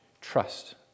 trust